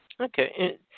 Okay